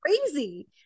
crazy